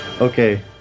okay